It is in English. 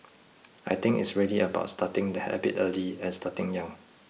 I think it's really about starting the habit early and starting young